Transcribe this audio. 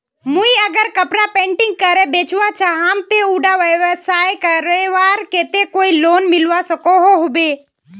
मुई अगर कपड़ा पेंटिंग करे बेचवा चाहम ते उडा व्यवसाय करवार केते कोई लोन मिलवा सकोहो होबे?